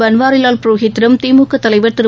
பள்வாரிலால் புரோஹித்திடம் திமுக தலைவர் திரு